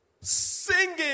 singing